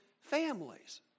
families